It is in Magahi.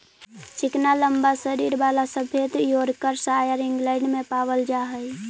चिकना लम्बा शरीर वाला सफेद योर्कशायर इंग्लैण्ड में पावल जा हई